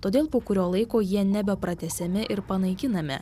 todėl po kurio laiko jie nebe pratęsiami ir panaikinami